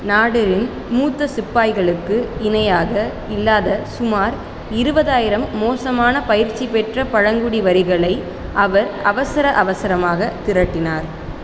நாட்டின் மூத்த சிப்பாய்களுக்கு இணையாக இல்லாத சுமார் இருபதாயிரம் மோசமான பயிற்சி பெற்ற பழங்குடி வரிகளை அவர் அவசர அவசரமாகத் திரட்டினார்